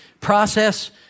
process